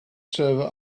server